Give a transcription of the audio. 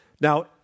Now